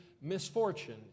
misfortune